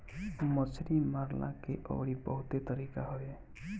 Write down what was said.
मछरी मारला के अउरी बहुते तरीका हवे